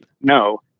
no